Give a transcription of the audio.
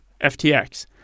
FTX